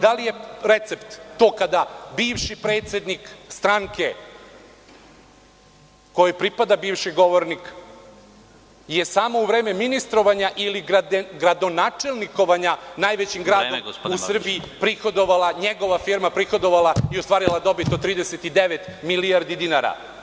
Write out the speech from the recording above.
Da li je recept to kada je bivši predsednik stranke kojoj pripada bivši govornik samo u vreme ministrovanja ili gradonačelnikovanja najvećim gradom u Srbiji prihodovala njegova firma i ostvarila dobit od 39 milijardi dinara?